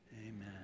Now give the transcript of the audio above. Amen